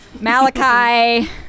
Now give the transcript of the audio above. Malachi